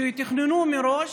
שיתוכננו מראש,